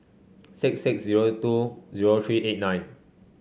six six zero two zero three eight nine